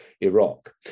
Iraq